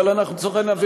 אבל אנחנו צריכים להביא,